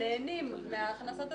הנהנים מההכנסות,